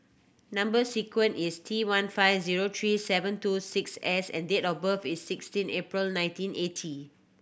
number sequence is T one five zero three seven two six S and date of birth is sixteen April nineteen eighty